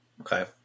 okay